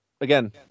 again